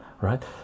right